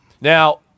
Now